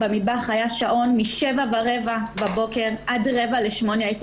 במטבח היה שעון מ-7:15 בבוקר ועד 7:45 הייתי